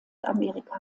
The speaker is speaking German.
amerika